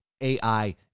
AI